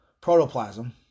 protoplasm